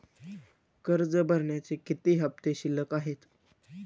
कर्ज भरण्याचे किती हफ्ते शिल्लक आहेत?